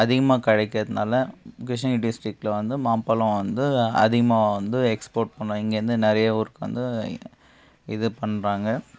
அதிகமாக கிடைக்கிறதுனால கிருஷ்ணகிரி டிஸ்ட்ரிக்ட்டில் வந்து மாம்பழம் வந்து அதிகமாக வந்து எக்ஸ்போர்ட் பண்ணுவோம் இங்கேயிருந்து நிறைய ஊருக்கு வந்து இது பண்ணுறாங்க